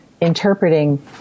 interpreting